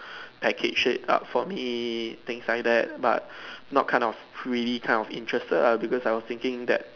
package it up for me things like that but not kind of really kind of interested lah because I was thinking that